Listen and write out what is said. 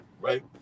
right